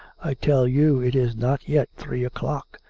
i tell you it is not yet three o'clock.